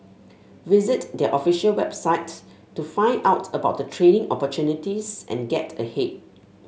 visit their official website to find out about the training opportunities and get ahead